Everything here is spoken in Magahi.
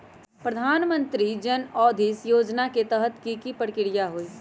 प्रधानमंत्री जन औषधि योजना के तहत की की प्रक्रिया होई?